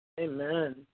Amen